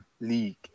league